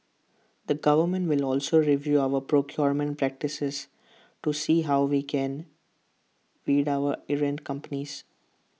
the government will also review our procurement practices to see how we can weed out errant companies